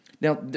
Now